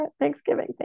Thanksgiving